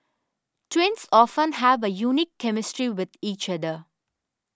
twins often have a unique chemistry with each other